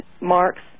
marks